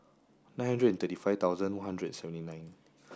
nine hundred thirty five thousand one hundred seventy nine